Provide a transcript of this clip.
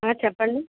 చెప్పండి